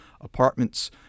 apartments